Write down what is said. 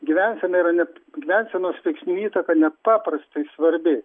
gyvensena yra net gyvensenos veiksnių įtaka nepaprastai svarbi